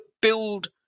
build